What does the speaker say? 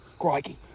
Crikey